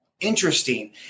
interesting